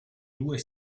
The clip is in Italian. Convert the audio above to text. due